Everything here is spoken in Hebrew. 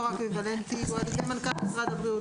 האקוויוולנטי הוא על-ידי מנכ"ל משרד הבריאות.